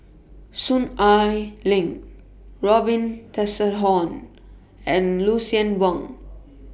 Soon Ai Ling Robin Tessensohn and Lucien Wang